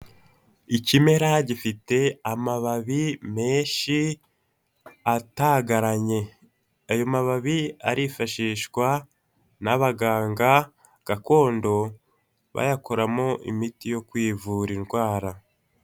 Ikimera gifite amababi menshi atagaranye. Ayo mababi arifashishwa n'abaganga gakondo, bayakoramo imiti yo kwivura indwara.